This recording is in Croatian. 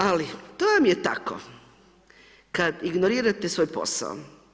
Ali, to vam je tako kada ignorirate svoj posao.